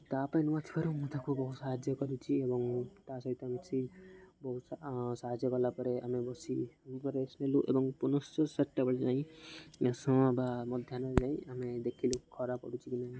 ତା ପାଇଁ ନୂଆ ଥିବାରୁ ମୁଁ ତାକୁ ବହୁତ ସାହାଯ୍ୟ କରିଛି ଏବଂ ତା ସହିତ ମିଶି ବହୁତ ସାହାଯ୍ୟ କଲାପରେ ଆମେ ବସି ଉପରେ ରେଷ୍ଟ୍ ନେଲୁ ଏବଂ ପୁନଶ୍ଚ ଚାରଟାବେଳେ ଯାଇ ବା ମଧ୍ୟାହ୍ନରେ ଯାଇ ଆମେ ଦେଖିଲୁ ଖରା ପଡ଼ୁଛି କି ନାହିଁ